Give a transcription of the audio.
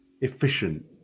Efficient